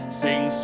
sing